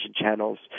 channels